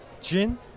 Jin